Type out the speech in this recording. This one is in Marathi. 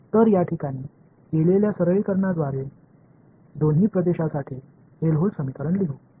तर या ठिकाणी केलेल्या सरलीकरणाद्वारे दोन्ही प्रदेशसाठी हेल्होल्ट्ज समीकरण लिहू